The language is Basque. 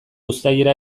uztailera